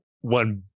one